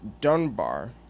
Dunbar